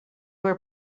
were